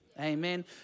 Amen